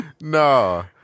No